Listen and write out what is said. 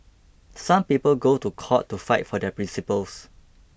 some people go to court to fight for their principles